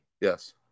Yes